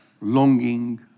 longing